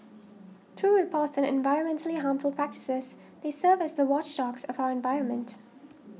through reports an environmentally harmful practices they serve as the watchdogs of our environment